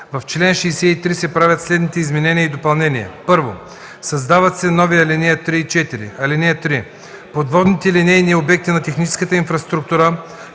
В чл. 63 се правят следните изменения и допълнения: 1. Създават се нови ал. 3 и 4: „(3) Подводните линейни обекти на техническата инфраструктура